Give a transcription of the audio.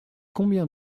combien